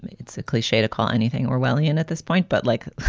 it's a cliche to call anything orwellian at this point. but like